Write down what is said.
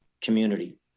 community